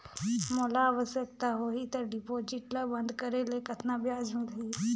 मोला आवश्यकता होही त डिपॉजिट ल बंद करे ले कतना ब्याज मिलही?